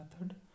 method